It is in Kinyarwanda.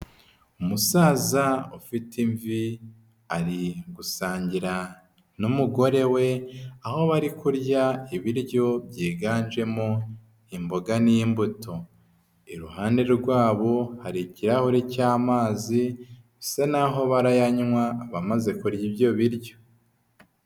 Umusaza ufite imvi ari gusangira n'umugore we aho bari kurya ibiryo byiganjemo imboga n'imbuto, iruhande rwabo hari ikirahuri cy'amazi bisa naho barayanywa bamaze kurya ibyo biryo.